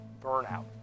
burnout